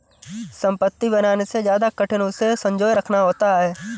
संपत्ति बनाने से ज्यादा कठिन उसे संजोए रखना होता है